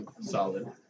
Solid